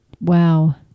wow